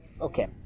okay